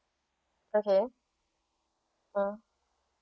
okay mm